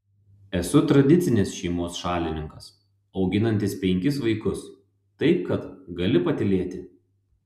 esu tradicinės šeimos šalininkas auginantis penkis vaikus taip kad gali patylėti